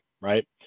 right